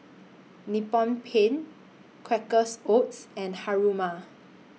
Nippon Paint Quakers Oats and Haruma